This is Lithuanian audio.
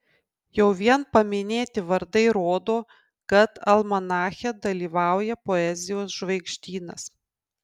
jau vien paminėti vardai rodo kad almanache dalyvauja poezijos žvaigždynas